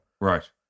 Right